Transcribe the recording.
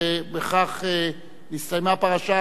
ובכך הסתיימה הפרשה,